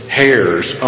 hairs